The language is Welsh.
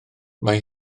mae